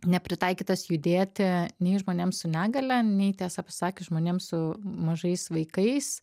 nepritaikytas judėti nei žmonėms su negalia nei tiesą pasakius žmonėms su mažais vaikais